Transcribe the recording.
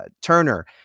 Turner